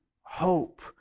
hope